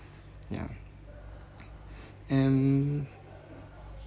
yeah and